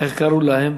איך קראו להם?